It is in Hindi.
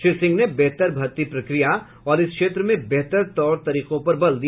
श्री सिंह ने बेहतर भर्ती प्रक्रिया और इस क्षेत्र में बेहतर तौर तरीकों पर बल दिया